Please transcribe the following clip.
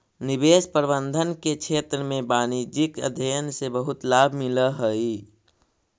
निवेश प्रबंधन के क्षेत्र में वाणिज्यिक अध्ययन से बहुत लाभ मिलऽ हई